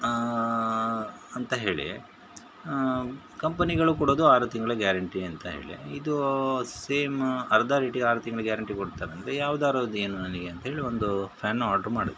ಅಂತ ಹೇಳಿ ಕಂಪನಿಗಳು ಕೊಡೋದು ಆರು ತಿಂಗಳ ಗ್ಯಾರಂಟಿ ಅಂತ ಹೇಳಿ ಇದು ಸೇಮ್ ಅರ್ಧ ರೇಟಿಗೆ ಆರು ತಿಂಗ್ಳು ಗ್ಯಾರಂಟಿ ಕೊಡ್ತಾರೆ ಅಂದರೆ ಯಾವ್ದಾದ್ರೂ ಅದು ಏನು ನನಗೆ ಅಂತ ಹೇಳಿ ಒಂದು ಫ್ಯಾನ್ನ ಆರ್ಡ್ರು ಮಾಡಿದೆ